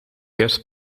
gers